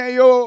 yo